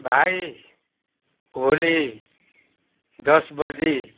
भाइ भोलि दस बजी